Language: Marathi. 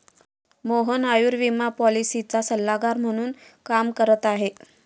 मोहन आयुर्विमा पॉलिसीचा सल्लागार म्हणून काम करत आहे